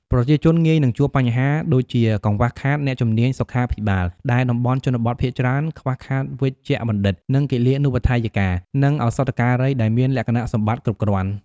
ប្រជាជនងាយនឹងជួបបញ្ហាដូចជាកង្វះខាតអ្នកជំនាញសុខាភិបាល ដែលតំបន់ជនបទភាគច្រើនខ្វះខាតវេជ្ជបណ្ឌិត គិលានុបដ្ឋាយិកា និងឱសថការីដែលមានលក្ខណៈសម្បត្តិគ្រប់គ្រាន់។